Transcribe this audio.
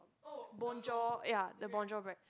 Bonjour ya the Bonjour bread